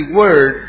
word